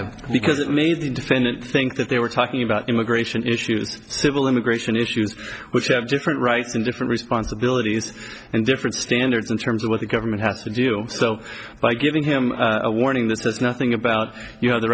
miranda because it made the defendant think that they were talking about immigration issues civil immigration issues which have different rights and different responsibilities and different standards in terms of what the government has to do so by giving him a warning this does nothing about you